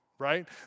right